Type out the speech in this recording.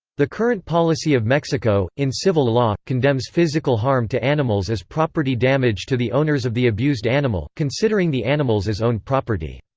the current policy of mexico, in civil law, condemns physical harm to animals as property damage to the owners of the abused animal, considering the animals as owned property.